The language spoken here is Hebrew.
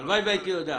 הלוואי והייתי יודע.